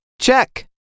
Check